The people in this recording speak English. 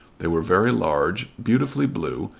they were very large, beautifully blue,